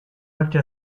altri